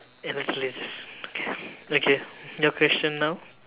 let me clear this okay your question now